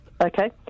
Okay